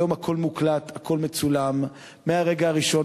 היום הכול מוקלט, הכול מצולם מהרגע הראשון.